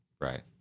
Right